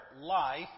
life